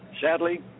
Sadly